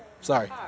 Sorry